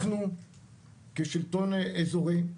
כשלטון אזורי אנחנו